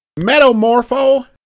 Metamorpho